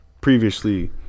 previously